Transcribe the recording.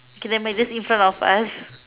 okay never mind just in front of us